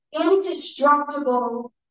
indestructible